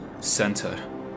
center